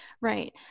Right